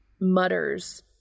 mutters